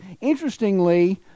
Interestingly